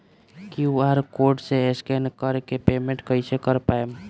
QR code से scan कर के पेमेंट कइसे कर पाएम?